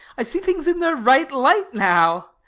i see things in their right light now,